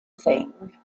thing